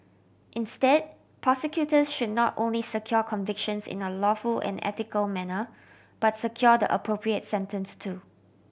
instead prosecutors should not only secure convictions in a lawful and ethical manner but secure the appropriate sentence too